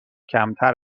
کمتر